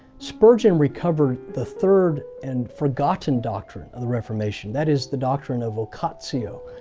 spurgeon recovered the third and forgotten doctrine of the reformation. that is the doctrine of vocatio,